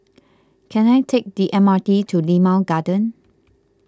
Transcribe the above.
can I take the M R T to Limau Garden